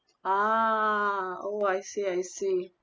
ah oh I see I see